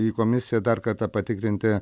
į komisiją dar kartą patikrinti